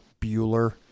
Bueller